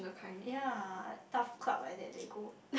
ya like taf club like that they go